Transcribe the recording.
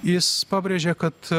jis pabrėžė kad